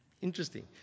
Interesting